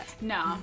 No